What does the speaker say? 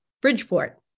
Bridgeport